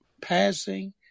passing